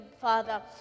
Father